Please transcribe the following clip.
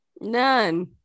None